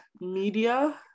media